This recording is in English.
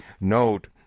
Note